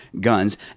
guns